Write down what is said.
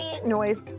noise